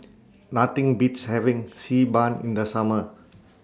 Nothing Beats having Xi Ban in The Summer